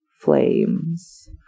flames